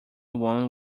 won